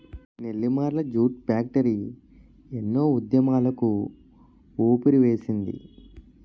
Nellimarla jute factory ఎన్నో ఉద్యమాలకు ఊపిరివేసింది